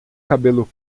cabelo